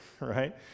right